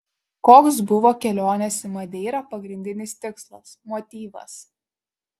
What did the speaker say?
koks buvo kelionės į madeirą pagrindinis tikslas motyvas